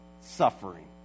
suffering